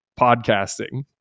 podcasting